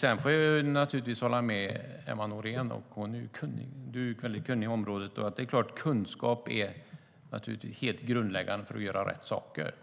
Jag får naturligtvis hålla med Emma Nohrén, som är väldigt kunnig på området, om att kunskap är helt grundläggande för att göra rätt saker.